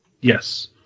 Yes